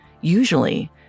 Usually